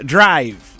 Drive